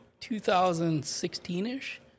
2016-ish